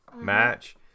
match